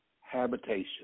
habitation